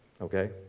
okay